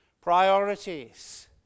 Priorities